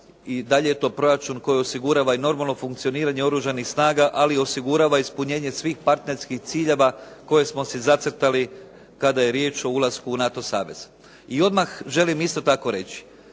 da li je to proračun koji osigurava i normalno funkcioniranje Oružanih snaga ali osigurava ispunjenje svih partnerskih ciljeva koje smo si zacrtali kada je riječ o ulasku u NATO savez. I odmah želim isto tako reći,